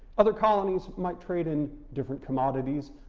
other colonies might trade in different commodities,